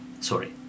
sorry